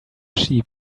sheep